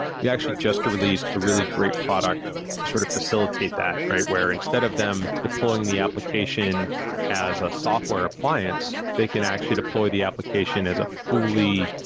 we actually just released a really great product to sort of facilitate that, where instead of them deploying the application as a software appliance, they can actually deploy the application as a fully,